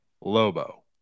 Lobo